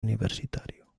universitario